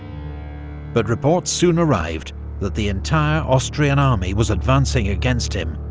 but reports soon arrived that the entire austrian army was advancing against him,